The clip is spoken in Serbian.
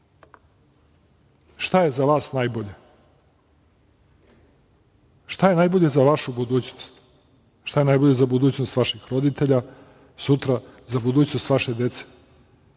šta je za vas najbolje, šta je najbolje za vašu budućnost, šta je najbolje za budućnost vaših roditelja, sutra za budućnost vaše dece.